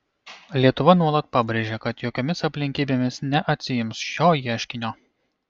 lietuva nuolat pabrėžia kad jokiomis aplinkybėmis neatsiims šio ieškinio